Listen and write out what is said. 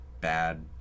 bad